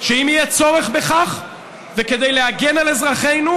שאם יהיה צורך בכך וכדי להגן על אזרחינו,